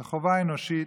זאת חובה אנושית,